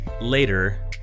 later